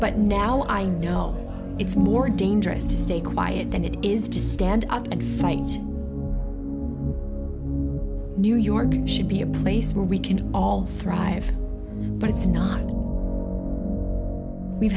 but now i know it's more dangerous to stay quiet and it is to stand up and new york should be a place where we can all thrive but it's not we've